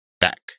back